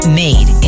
made